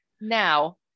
Now